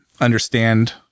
understand